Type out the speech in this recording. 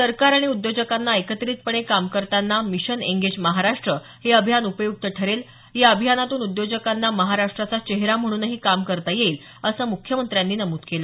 सरकार आणि उद्योजकांना एकत्रितपणे काम करताना मिशन एंगेज महाराष्ट्र हे अभियान उपय्क्त ठरेल या अभियानातून उद्योजकांना महाराष्ट्राचा चेहरा म्हणूनही काम करता येईल असं मुख्यमंत्र्यांनी नमूद केलं